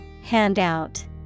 Handout